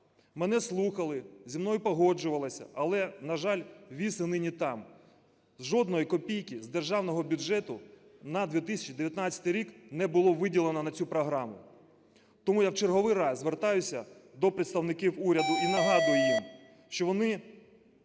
Мене слухали, зі мною погоджувалися, але, на жаль, віз і нині там. Жодної копійки з державного бюджету на 2019 рік не було виділено на цю програму. Тому я в черговий раз звертаюся до представників уряду і нагадую їм, що вони